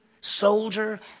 soldier